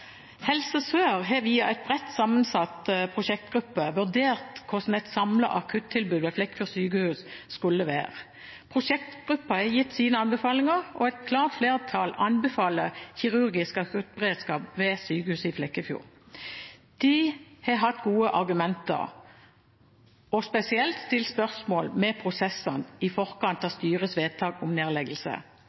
Helse Sør har via en bredt sammensatt prosjektgruppe vurdert hvordan et samlet akuttilbud ved Flekkefjord sykehus skulle være. Prosjektgruppen har gitt sine anbefalinger, og et klart flertall anbefaler kirurgisk akuttberedskap ved sykehuset i Flekkefjord. De har hatt gode argumenter og spesielt stilt spørsmål ved prosessene i forkant av styrets vedtak om nedleggelse.